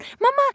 Mama